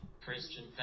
christian